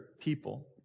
people